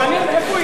מעניין איפה היא.